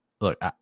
look